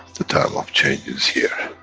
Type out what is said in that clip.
the time of change is here.